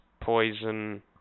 poison